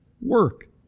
work